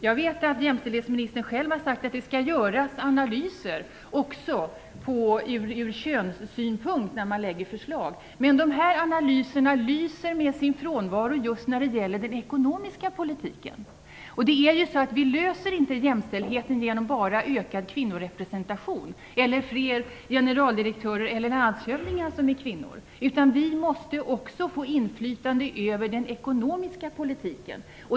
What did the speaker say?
Jag vet att jämställdhetsministern själv har sagt att det skall göras analyser även ur könssynpunkt när man lägger fram förslag. Men de här analyserna lyser med sin frånvaro just när det gäller den ekonomiska politiken. Vi löser inte jämställdheten bara genom ökad kvinnorepresenation eller genom att fler generaldirektörer eller landshövdingar blir kvinnor, utan vi måste också få inflytande över den ekonomiska politiken.